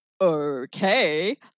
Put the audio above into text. Okay